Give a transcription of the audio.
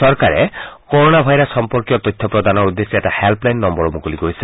চৰকাৰে corona virus সম্পৰ্কীয় তথ্য প্ৰদানৰ উদ্দেশ্যে এটা হেল্ললাইন নম্নৰো মুকলি কৰিছে